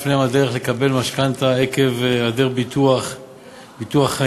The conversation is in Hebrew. בפניהם הדרך לקבל משכנתה עקב היעדר ביטוח חיים.